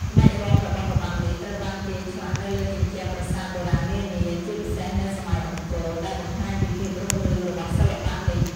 ក្បាច់រាំរបស់របាំនេះត្រូវបានគេឆ្លាក់នៅលើជញ្ជាំងប្រាសាទបុរាណនានា ជាពិសេសនៅសម័យអង្គរ ដែលបង្ហាញពីភាពរុងរឿងរបស់សិល្បៈនេះ។